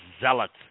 zealots